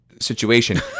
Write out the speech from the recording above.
situation